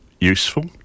Useful